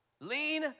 Lean